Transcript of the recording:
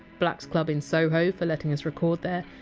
black! s club in soho for letting us record there,